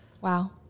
Wow